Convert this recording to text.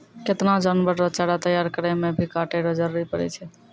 केतना जानवर रो चारा तैयार करै मे भी काटै रो जरुरी पड़ै छै